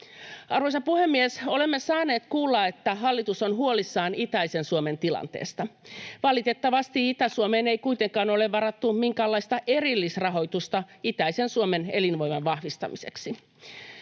Arvoisa puhemies! Olemme saaneet kuulla, että hallitus on huolissaan itäisen Suomen tilanteesta. Valitettavasti Itä-Suomeen ei kuitenkaan ole varattu minkäänlaista erillisrahoitusta itäisen Suomen elinvoiman vahvistamiseksi.